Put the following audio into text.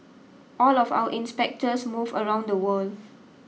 all of our inspectors move around the world